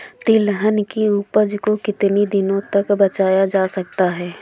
तिलहन की उपज को कितनी दिनों तक बचाया जा सकता है?